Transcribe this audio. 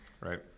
Right